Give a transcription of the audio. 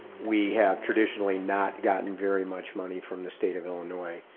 we have traditionally not gotten very much money from the state of illinois.